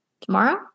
tomorrow